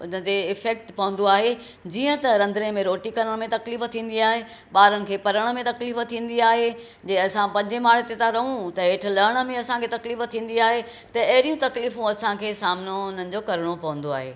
हुनते इफैक्ट पवंदो आहे जीअं त रंधिणे में रोटी करण में तकलीफ़ थींदी आहे ॿारनि खे पढ़ण में तकलीफ़ थींदी आहे जीअं असां पंजे माले ते था रहूं त हेठि लहण में असांखे तकलीफ़ थींदी आहे त अहिड़ियूं तकलीफ़ असांखे सामिनो हुननि जो करिणो पवंदो आहे